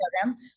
program